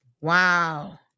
Wow